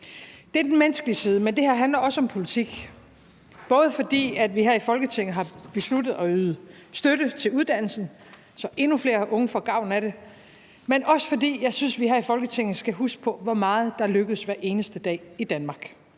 Det er den menneskelige side, men det her handler også om politik, både fordi vi her i Folketinget har besluttet at yde støtte til uddannelsen, så endnu flere unge får gavn af den, men også fordi jeg synes, vi her i Folketinget skal huske på, hvor meget der lykkes hver eneste dag i Danmark.